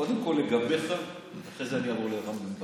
קודם כול לגביך, ואחרי זה אני אעבור לרם בן ברק.